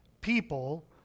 people